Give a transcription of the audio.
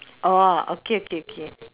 orh okay okay okay